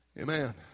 Amen